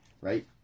right